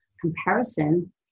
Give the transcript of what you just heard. comparison